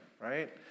right